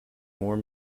more